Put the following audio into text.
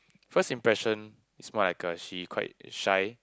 first impression is more like a she quite shy